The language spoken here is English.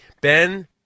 Ben